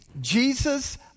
Jesus